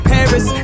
Paris